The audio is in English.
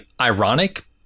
ironic